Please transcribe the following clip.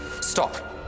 Stop